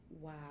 Wow